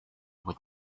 with